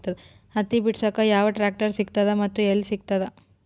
ಹತ್ತಿ ಬಿಡಸಕ್ ಯಾವ ಟ್ರಾಕ್ಟರ್ ಸಿಗತದ ಮತ್ತು ಎಲ್ಲಿ ಸಿಗತದ?